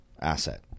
asset